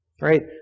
Right